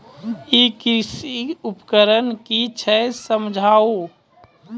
ई कृषि उपकरण कि छियै समझाऊ?